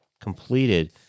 completed